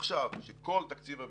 עכשיו, כשכל תקציב הביטחון,